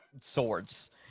swords